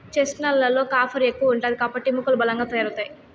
chestnut లలో copper ఎక్కువ ఉంటాది కాబట్టి ఎముకలు బలంగా తయారవుతాయి